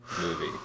movie